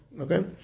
Okay